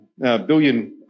billion